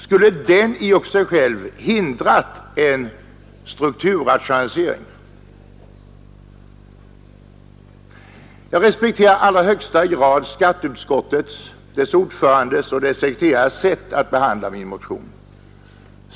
Skulle den kunna hindra en strukturrationalisering? Jag respekterar i allra högsta grad skatteutskottets, dess ordförandes och dess sekreterares sätt att behandla min motion.